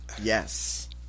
Yes